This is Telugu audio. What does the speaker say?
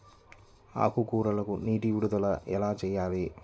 ఆకుకూరలకు నీటి విడుదల ఎలా చేయాలి?